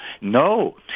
No